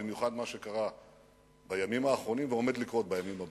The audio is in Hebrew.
במיוחד מה שקרה בימים האחרונים ועומד לקרות בימים הבאים.